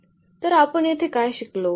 तर आपण येथे काय शिकलो